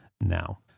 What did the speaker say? now